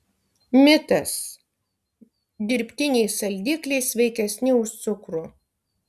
mitas dirbtiniai saldikliai sveikesni už cukrų